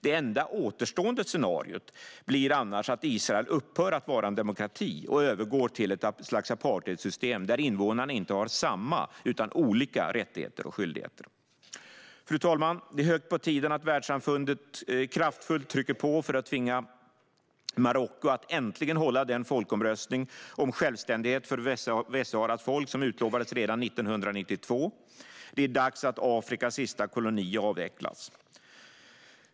Det enda återstående scenariot blir annars att Israel upphör att vara en demokrati och övergår till ett slags apartheidsystem där invånarna inte har samma utan olika rättigheter och skyldigheter. Fru talman! Det är hög tid att världssamfundet kraftfullt trycker på för att tvinga Marocko att äntligen hålla den folkomröstning om självständighet för Västsaharas folk som utlovades redan till 1992. Det är dags att Afrikas sista koloni avvecklas.